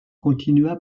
continua